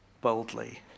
boldly